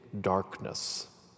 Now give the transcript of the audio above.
darkness